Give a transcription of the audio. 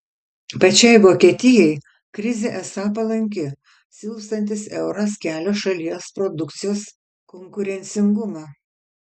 pačiai vokietijai krizė esą palanki silpstantis euras kelia šalies produkcijos konkurencingumą